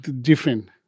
different